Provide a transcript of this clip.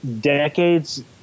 decades